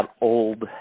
old